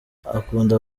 akunda